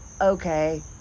okay